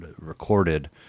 recorded